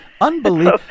Unbelievable